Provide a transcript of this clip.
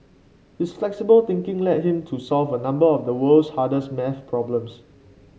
his flexible thinking led him to solve a number of the world's hardest math problems